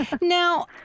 Now